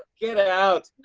get out.